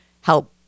help